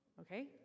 Okay